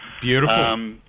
Beautiful